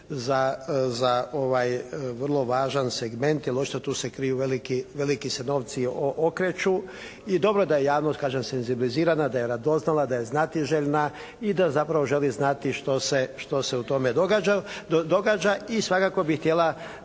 za vrlo važan segment jer očito tu se kriju veliki novci se okreću. I dobro da je javnost kažem senzibilizirana, da je radoznala, da je znatiželjna i da zapravo želi znati što se u tome događa. I svakako bi htjela